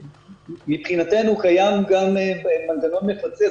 שמבחינתנו קיים גם מנגנון מפצה,